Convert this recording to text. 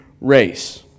race